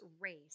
race